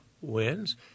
wins